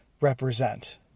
represent